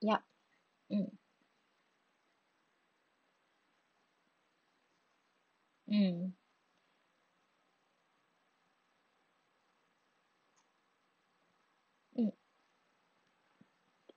yup mm mm mm